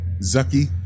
Zucky